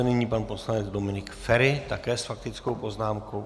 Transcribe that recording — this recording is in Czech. Nyní pan poslanec Dominik Feri, také s faktickou poznámkou.